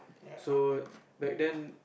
so back then